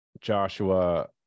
joshua